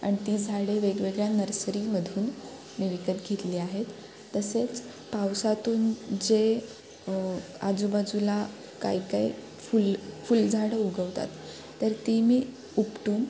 आणि ती झाडे वेगवेगळ्या नर्सरीमधून मी विकत घेतली आहेत तसेच पावसातून जे आजूबाजूला काहीकाही फुल फुलझाडं उगवतात तर ती मी उपटून